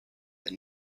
that